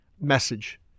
message